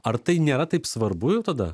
ar tai nėra taip svarbu jau tada